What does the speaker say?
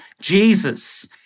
Jesus